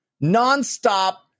non-stop